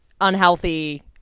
unhealthy